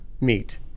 meet